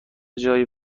جایی